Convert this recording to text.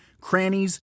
crannies